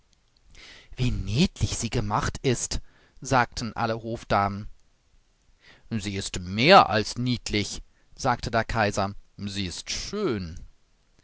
wie niedlich sie gemacht ist sagten alle hofdamen sie ist mehr als niedlich sagte der kaiser sie ist schön